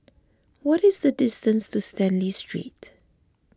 what is the distance to Stanley Street